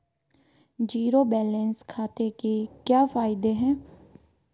Zero balance खाते के क्या फायदे हैं?